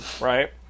right